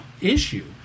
issue